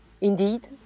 Indeed